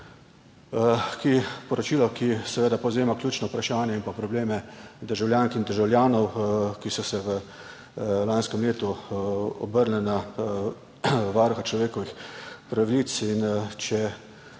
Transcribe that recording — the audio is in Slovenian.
seveda povzema ključna vprašanja in probleme državljank in državljanov, ki so se v lanskem letu obrnili na Varuha človekovih pravic. To